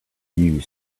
you